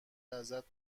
ازت